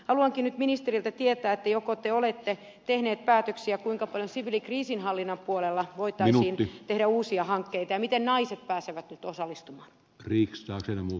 haluankin nyt ministeriltä tietää joko te olette tehnyt päätöksiä kuinka paljon siviilikriisinhallinnan puolella voitaisiin tehdä uusia hankkeita ja miten naiset pääsevät nyt osallistumaan rix lastenavun